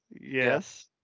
yes